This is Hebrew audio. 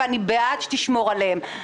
-- ואני בעד שתשמור עליהם,